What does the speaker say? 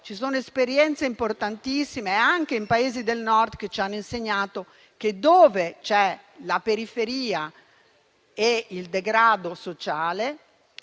ci sono esperienze importantissime anche in paesi del Nord che ci hanno insegnato che dove ci sono la periferia e il degrado sociale